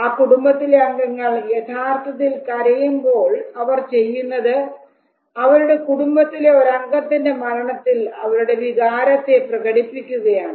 ആ കുടുംബത്തിലെ അംഗങ്ങൾ യഥാർത്ഥത്തിൽ കരയുമ്പോൾ അവർ ചെയ്യുന്നത് അവരുടെ കുടുംബത്തിലെ ഒരംഗത്തിന്റെ മരണത്തിൽ അവരുടെ വികാരത്തെ പ്രകടിപ്പിക്കുകയാണ്